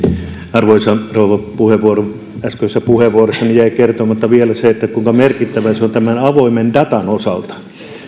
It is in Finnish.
arvoisa rouva puhemies äskeisessä puheenvuorossani jäi kertomatta vielä se kuinka merkittävää se on tämän avoimen datan osalta